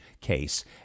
case